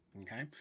Okay